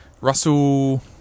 Russell